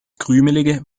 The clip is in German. krümelige